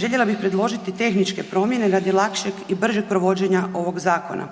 željela bih predložiti tehničke promjene radi lakšeg i bržeg provođenja ovog zakona.